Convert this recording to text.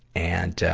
and, ah,